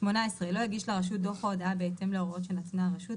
לא הגיש לרשות דוח או הודעה בהתאם להוראות שנתנה הרשות,